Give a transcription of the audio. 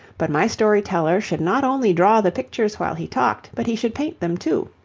but my story-teller should not only draw the pictures while he talked, but he should paint them too.